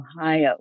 Ohio